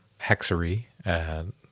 hexery